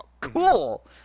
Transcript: cool